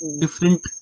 different